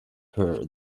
her